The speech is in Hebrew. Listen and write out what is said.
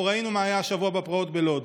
אנחנו ראינו מה היה השבוע בפרעות בלוד.